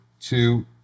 two